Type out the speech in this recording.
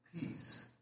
peace